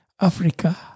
Africa